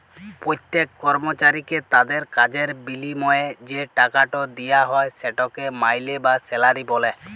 প্যত্তেক কর্মচারীকে তাদের কাজের বিলিময়ে যে টাকাট দিয়া হ্যয় সেটকে মাইলে বা স্যালারি ব্যলে